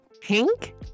pink